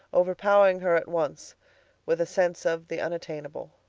overpowering her at once with a sense of the unattainable.